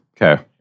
Okay